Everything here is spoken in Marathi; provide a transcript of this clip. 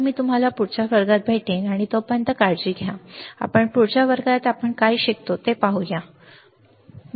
तर मी तुम्हाला पुढच्या वर्गात भेटेन आणि तोपर्यंत काळजी घ्या आणि पुढच्या वर्गात आपण काय शिकतो ते पाहूया ठीक आहे